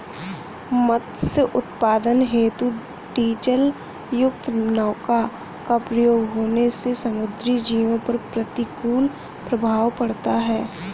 मत्स्य उत्पादन हेतु डीजलयुक्त नौका का प्रयोग होने से समुद्री जीवों पर प्रतिकूल प्रभाव पड़ता है